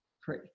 free